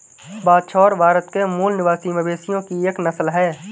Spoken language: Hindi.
बछौर भारत के मूल निवासी मवेशियों की एक नस्ल है